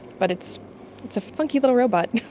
but it's it's a funky little robot.